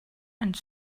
and